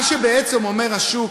מה שבעצם אומר השוק: